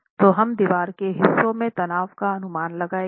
तो हम दीवार के हिस्सों में तनाव का अनुमान लगाएंगे